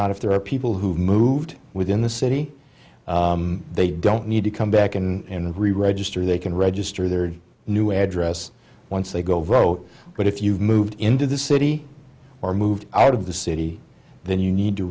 out if there are people who have moved within the city they don't need to come back and reregister they can register their new address once they go vote but if you've moved into the city or moved out of the city then you need to